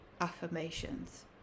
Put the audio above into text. Affirmations